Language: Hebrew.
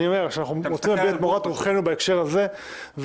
אני אומר שאנחנו רוצים להביע את מורת רוחנו בהקשר הזה ולבקש